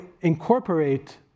incorporate